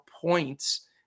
points